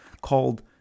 called